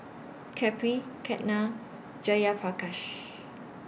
Kapil Ketna and Jayaprakash